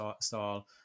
style